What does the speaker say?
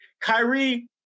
Kyrie